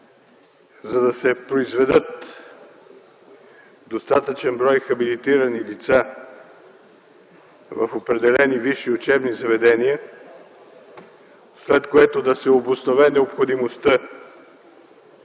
за да се произведе достатъчен брой хабилитирани лица в определени висши учебни заведения, след което да се обоснове необходимостта